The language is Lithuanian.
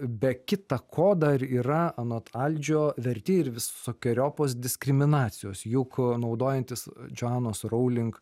be kita ko dar yra anot aldžio verti ir visokeriopos diskriminacijos juk naudojantis džonos rowling